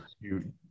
you-